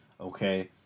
okay